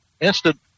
instant